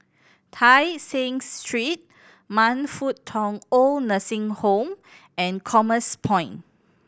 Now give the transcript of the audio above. Tai Seng Street Man Fut Tong OId Nursing Home and Commerce Point